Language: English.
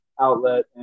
outlet